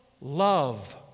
love